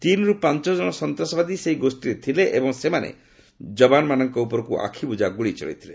ତିନିରୁ ପାଞ୍ଚ ଜଣ ସନ୍ତାସବାଦୀ ସେହି ଗୋଷୀରେ ଥିଲେ ଏବଂ ସେମାନେ ଯବାନମାନଙ୍କ ଉପରକୁ ଆଖିବୁଝା ଗୁଳି ଚଳେଇଥିଲେ